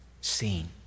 seen